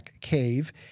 Cave